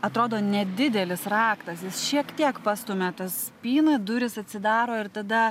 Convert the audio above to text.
atrodo nedidelis raktas jis šiek tiek pastumia tą spyną durys atsidaro ir tada